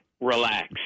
relax